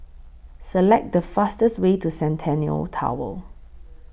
Select The fastest Way to Centennial Tower